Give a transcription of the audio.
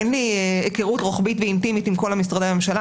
אין לי היכרות רוחבית ואינטימית עם כל משרדי הממשלה,